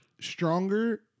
Stronger